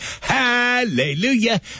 Hallelujah